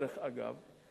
דרך אגב,